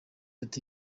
ati